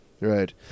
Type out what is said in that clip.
Right